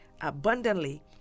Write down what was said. abundantly